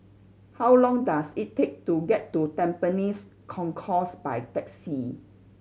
how long does it take to get to Tampines Concourse by taxi